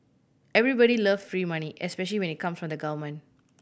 everybody love free money especially when it come from the government